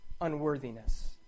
unworthiness